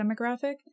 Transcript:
demographic